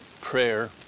prayer